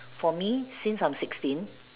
for me since I'm sixteen